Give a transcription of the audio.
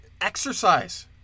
Exercise